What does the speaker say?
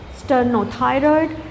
sternothyroid